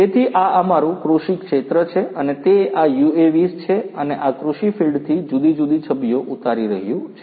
તેથી આ અમારું કૃષિ ક્ષેત્ર છે અને તે આ યુએવી છે અને આ કૃષિ ફિલ્ડથી જુદી જુદી છબીઓ ઉતારી રહ્યું છે